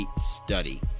study